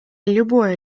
любое